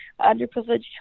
underprivileged